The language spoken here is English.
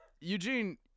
Eugene